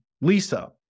Lisa